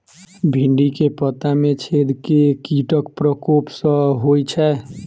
भिन्डी केँ पत्ता मे छेद केँ कीटक प्रकोप सऽ होइ छै?